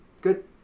good